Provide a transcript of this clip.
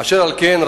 אשר על כן,